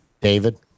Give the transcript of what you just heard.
David